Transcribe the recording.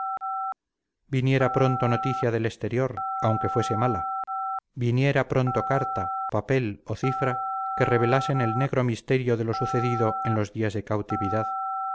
viniera pronto noticia del exterior aunque fuese mala viniera pronto carta papel o cifra que revelasen el negro misterio de lo sucedido en los días de cautividad